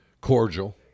cordial